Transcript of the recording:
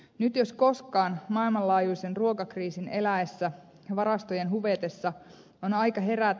nyt jos koskaan maailmanlaajuisen ruokakriisin eläessä varastojen huvetessa on aika herätä